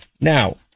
Now